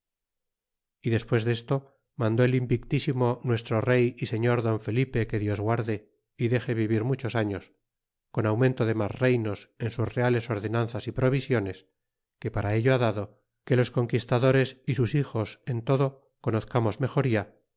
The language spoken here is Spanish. y despues desto mandó el invictísimo nuestro rey y señor don felipe que dios guarde y dexe vivir muchos años con aumento de mas reynos en sus reales ordenanzas y provisiones que para ello ha dado que los conquistadores y sus hijos en todo conozcamos mejoría